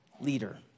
leader